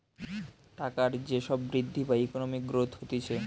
টাকার যে সব বৃদ্ধি বা ইকোনমিক গ্রোথ হতিছে